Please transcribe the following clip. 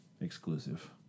exclusive